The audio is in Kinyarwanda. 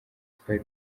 twari